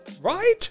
Right